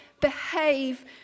behave